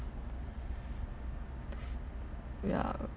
yeah